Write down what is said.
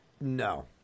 No